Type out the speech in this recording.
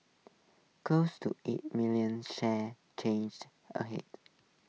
close to eight million shares changed A Head